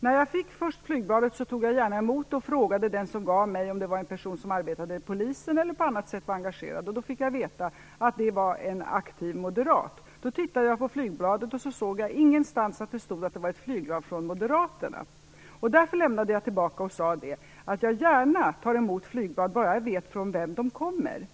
När jag först fick flygbladet tog jag gärna emot det och frågade den som gav mig det om det var en person som arbetade på Polisen eller på annat sätt var engagerad. Då fick jag veta att det var en aktiv moderat. Då tittade jag på flygbladet och såg att det ingenstans stod att det var ett flygblad från moderaterna. Därför lämnade jag tillbaka det och sade att jag gärna tar emot flygblad bara jag vet vem de kommer ifrån.